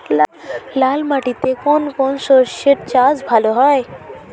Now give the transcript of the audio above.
লাল মাটিতে কোন কোন শস্যের চাষ ভালো হয়?